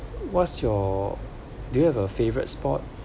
what's your do you have a favorite sport